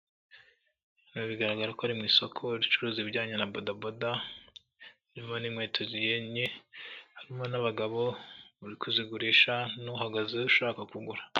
Ibi bigaragara ko ari mu isoko ricuruza ibijyanye na bodaboda n'inkweto zihenye harimo n'abagabo bari kuzigurisha nuhagaze ushaka kugura.